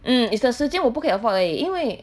mm it's the 时间我不可以 afford 而已因为